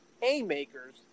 haymakers